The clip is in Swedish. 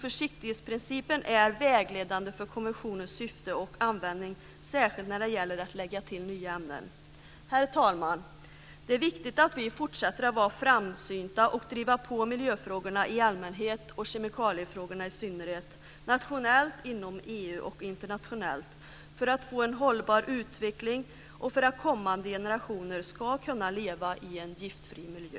Försiktighetsprincipen är vägledande för konventionens syfte och användning, särskilt när det gäller att lägga till nya ämnen. Herr talman! Det är viktigt att vi fortsätter att vara framsynta och driva på miljöfrågorna i allmänhet och kemikaliefrågorna i synnerhet - nationellt, inom EU och internationellt. Detta är viktigt för att vi ska få en hållbar utveckling och för att kommande generationer ska kunna leva i en giftfri miljö.